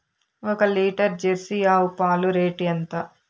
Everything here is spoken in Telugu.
ఒక లీటర్ జెర్సీ ఆవు పాలు రేటు ఎంత?